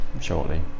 shortly